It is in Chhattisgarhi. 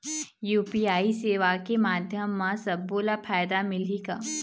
यू.पी.आई सेवा के माध्यम म सब्बो ला फायदा मिलही का?